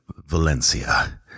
Valencia